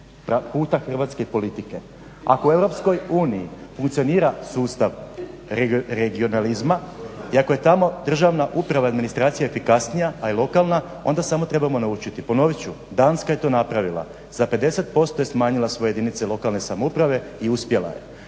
puta hrvatske politike. Ako u EU funkcionira sustav regionalizma i ako je tamo državna uprava i administracija efikasnija, a i lokalna onda samo trebamo naučiti. Ponovit ću, Danska je to napravila za 50% je smanjila svoje jedinice lokalne samouprave i uspjela je.